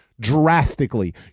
Drastically